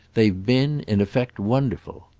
they've been, in effect, wonderful.